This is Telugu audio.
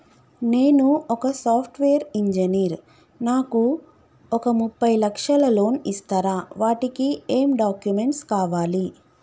నేను ఒక సాఫ్ట్ వేరు ఇంజనీర్ నాకు ఒక ముప్పై లక్షల లోన్ ఇస్తరా? వాటికి ఏం డాక్యుమెంట్స్ కావాలి?